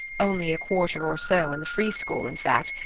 only a quarter or so in the free-school in fact,